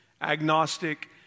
agnostic